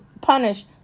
punish